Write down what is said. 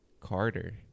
Carter